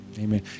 Amen